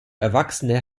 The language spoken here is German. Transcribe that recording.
erwachsene